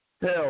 Hell